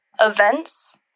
events